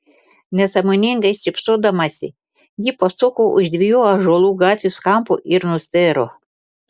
nesąmoningai šypsodamasi ji pasuko už dviejų ąžuolų gatvės kampo ir nustėro